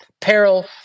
Peril